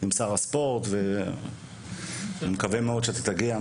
אני מאוד מקווה שאתה תגיע.